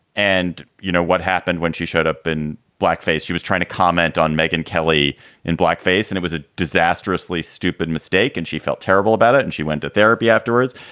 and you know, what happened when she showed up in blackface. she was trying to comment on megan kelly in blackface. and it was a disastrously stupid mistake and she felt terrible about it. and she went to therapy afterwards.